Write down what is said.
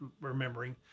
remembering